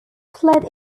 fled